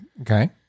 Okay